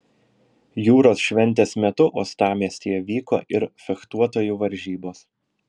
jūros šventės metu uostamiestyje vyko ir fechtuotojų varžybos